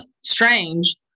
strange